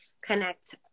connect